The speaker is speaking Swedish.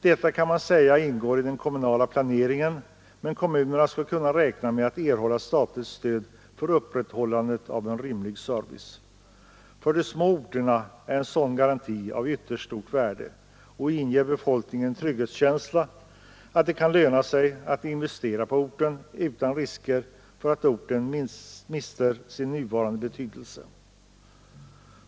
Detta kan man säga ingår i den kommunala planeringen, men kommunerna skall kunna räkna med att erhålla statligt stöd för upprätthållandet av en rimlig service. För de små orterna är en sådan garanti av ytterst stort värde och ger befolkningen en trygghetskänsla och känslan av att det kan löna sig att investera på orten utan risker för att orten mister sin nuvarande betydelse.